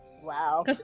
wow